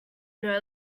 know